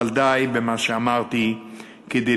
אבל די במה שאמרתי לשקף